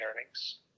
earnings